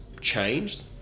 changed